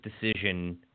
decision